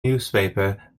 newspaper